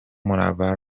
منور